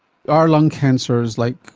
are lung cancers like,